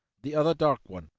the other dark one.